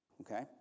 okay